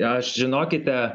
aš žinokite